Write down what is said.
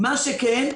מה שכן,